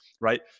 right